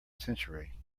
century